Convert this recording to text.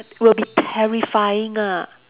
will be terrifying lah